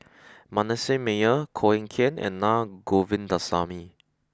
Manasseh Meyer Koh Eng Kian and Naa Govindasamy